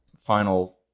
final